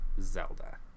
Zelda